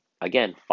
Again